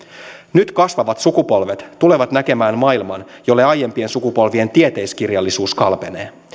nyt kasvavat sukupolvet tulevat näkemään maailman jolle aiempien sukupolvien tieteiskirjallisuus kalpenee